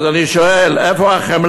אז אני שואל: איפה החמלה?